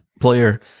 player